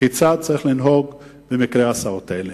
כיצד יש לנהוג בהסעות האלה.